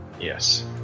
Yes